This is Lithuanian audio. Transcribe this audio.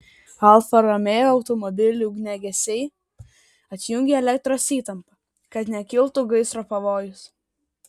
alfa romeo automobiliui ugniagesiai atjungė elektros įtampą kad nekiltų gaisro pavojus